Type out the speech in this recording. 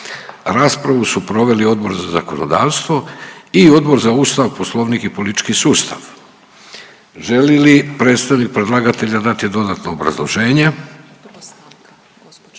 Raspravu su proveli Odbor za zakonodavstvo i Odbor za Ustav, poslovnik i politički sustav. Želi li predstavnik predlagatelja dati dodatno obrazloženje?